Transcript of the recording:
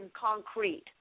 concrete